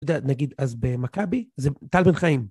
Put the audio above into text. נגיד אז במכבי, זה טל בן חיים.